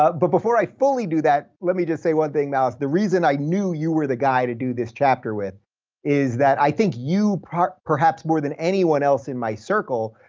ah but before i fully do that, let me just say one thing, malice. the reason i knew you were the guy to do this chapter with is that i think you, perhaps more than anyone else in my circle,